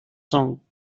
son